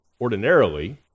Ordinarily